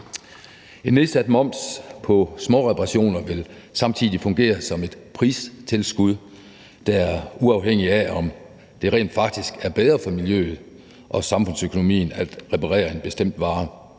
En nedsat moms på småreparationer vil samtidig fungere som et pristilskud, der er uafhængigt af, om det rent faktisk er bedre for miljøet og samfundsøkonomien at reparere en bestemt vare.